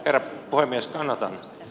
eero koiviston